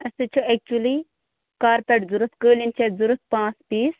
اَسہِ حظ چھِ اٮ۪کچُؤلی کارپٮ۪ٹ ضروٗرت قٲلیٖن چھِ اَسہِ ضروٗرت پانٛژھ پیٖس